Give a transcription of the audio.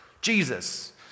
Jesus